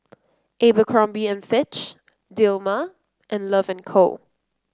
Abercrombie and Fitch Dilmah and Love and Co